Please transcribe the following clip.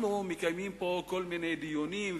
אנחנו מקיימים פה כל מיני דיונים,